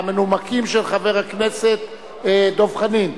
המנומקים של חבר הכנסת דב חנין.